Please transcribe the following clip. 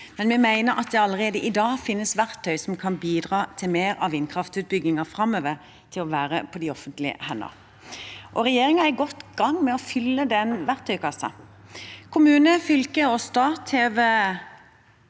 men vi mener at det allerede i dag finnes verktøy som kan bidra til at mer av vindkraftutbyggingen framover er på offentlige hender. Regjeringen er godt i gang med å fylle den verktøykassen.